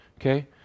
Okay